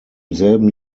selben